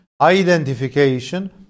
identification